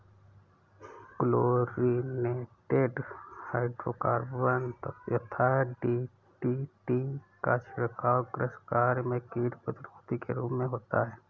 chlorinated hydrocarbon यथा DDT का छिड़काव कृषि कार्य में कीट प्रतिरोधी के रूप में होता है